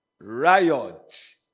riot